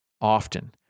often